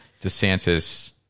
DeSantis